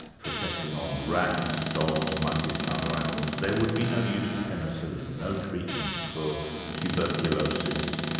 for testing on rats, dogs, monkeys and other animals, there would be no use of penicillin, no treatments for tuberculosis,